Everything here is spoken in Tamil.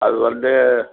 அது வந்து